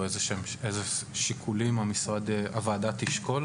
או אילו שיקולים הוועדה תשקול?